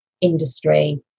industry